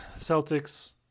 Celtics